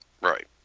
Right